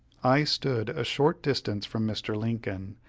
i stood a short distance from mr. lincoln,